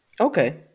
Okay